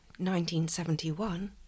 1971